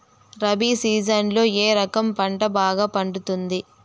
రబి సీజన్లలో ఏ రకం పంట బాగా పండుతుంది